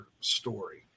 story